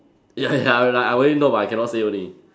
ya ya I like I already know but I cannot say only